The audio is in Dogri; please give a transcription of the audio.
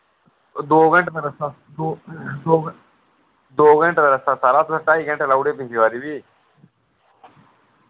ओ दो घैंटे दा रास्ता दो दो दो घैंटे दा रास्ता सारा तुसैं ढाई घैंटे लाउड़े पिछली बारी बी